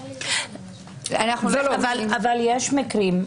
יש מקרים,